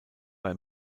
bei